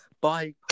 Bye